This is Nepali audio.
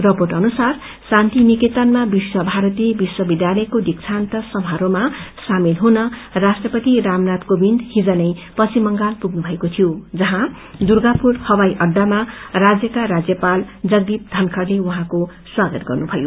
रिपोर्ट अनुसार शान्तिनिकेतनमा विश्वभारती विश्वविद्यालयको दीक्षान्त समारोहमा सामेल हुन राष्ट्रपति रामनाथ कोविन्द हिज नै पश्चिम बंगाल आइपुग्नुभएको थियो जहौँ दुर्गपुर हवाई अहामा राज्यका राज्यपाल जगदीप बनखड़ते उहौँको स्वागत गर्नुभयो